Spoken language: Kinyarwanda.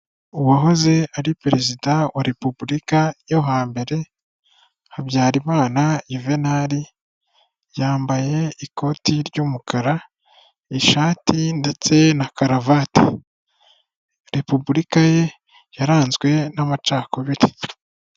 Uwahoze ari Perezida wa repubulika yo hambere Habyarimana yuvenali yambaye ikoti ry'umukara ishati ndetse na karavati. Repubulika ye yaranzwe n'amacakubiri.